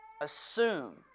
assume